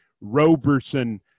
Roberson